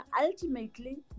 ultimately